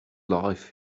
life